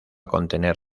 contener